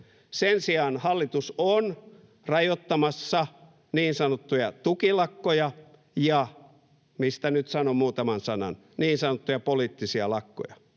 Sen sijaan hallitus on rajoittamassa niin sanottuja tukilakkoja ja — mistä nyt sanon muutaman sanan — niin sanottuja poliittisia lakkoja.